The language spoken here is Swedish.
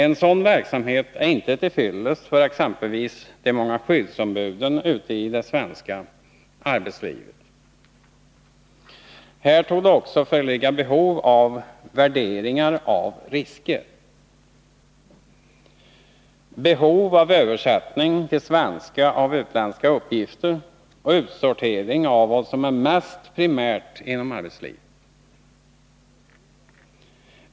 En sådan verksamhet är inte till fyllest för exempelvis de många skyddsombuden ute i det svenska arbetslivet. Här torde också föreligga behov av värderingar av risker, översättning till svenska språket av utländska uppgifter och separering av vad som är mest primärt inom arbetslivet.